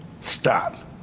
Stop